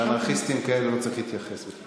לאנרכיסטים כאלה לא צריך להתייחס בכלל.